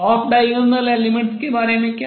off diagonal elements के बारे में क्या